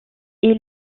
est